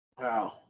Wow